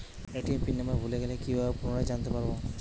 ATM pin number ভুলে গেলে কি ভাবে পুনরায় জানতে পারবো?